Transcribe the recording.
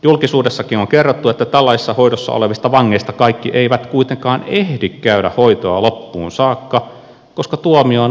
julkisuudessakin on kerrottu että tällaisessa hoidossa olevista vangeista kaikki eivät kuitenkaan ehdi käydä hoitoa loppuun saakka koska tuomio on aivan liian lyhyt